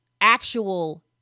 actual